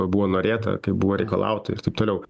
buvo norėta kaip buvo reikalauta ir taip toliau